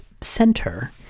center